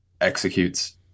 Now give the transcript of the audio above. executes